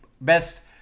best